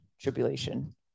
Tribulation